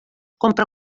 compra